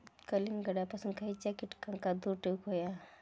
कलिंगडापासून खयच्या कीटकांका दूर ठेवूक व्हया?